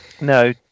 No